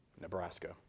Nebraska